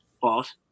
false